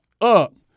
up